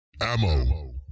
Ammo